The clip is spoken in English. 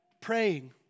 praying